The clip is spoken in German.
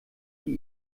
die